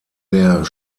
der